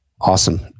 Awesome